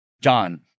John